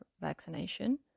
vaccination